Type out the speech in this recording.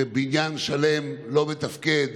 שבניין שלם לא מתפקד